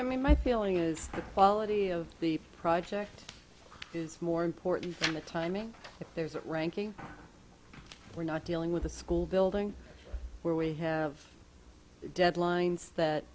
i mean my feeling is the quality of the project is more important than the timing if there's a ranking we're not dealing with a school building where we have deadlines that